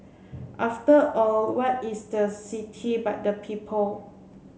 after all what is the city but the people